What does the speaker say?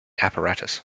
apparatus